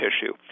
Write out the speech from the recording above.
tissue